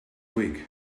week